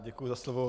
Děkuji za slovo.